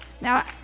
Now